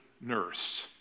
nurse